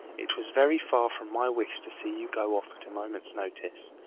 it was very far from my wish to see you go off at a moment's notice.